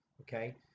okay